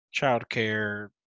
childcare